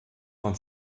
von